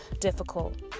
difficult